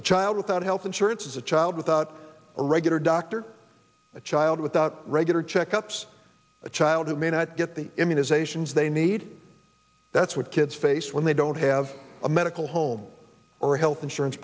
a child without health insurance is a child without a regular doctor a child without regular checkups a child who may not get the immunizations they need that's what kids face when they don't have a medical home or a health insurance